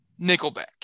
Nickelback